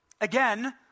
Again